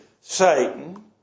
Satan